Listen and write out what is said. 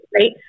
right